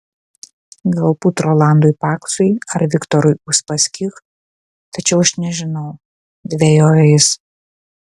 galbūt rolandui paksui ar viktorui uspaskich tačiau aš nežinau dvejojo jis